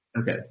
Okay